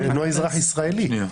הוא אינו אזרח ישראלי.